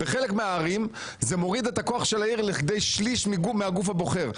בחלק מהערים זה מוריד את הכוח של העיר לכדי שליש מהגוף הבוחר.